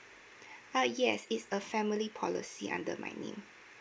ah yes is a family policy under my name